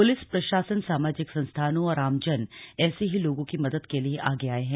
police प्रशासन सामाजिक संस्थानों और आमजन ऐसे ही लोगों की मदद के लिए आगे आये हैं